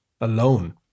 alone